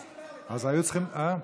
אה,